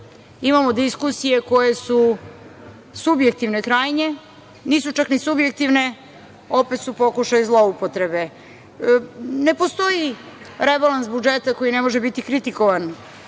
imamo diskusije koje su subjektivne krajnje, nisu čak ni subjektivne, opet su pokušaji zloupotrebe. Ne postoji rebalans budžeta koji ne može biti kritikovan,